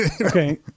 Okay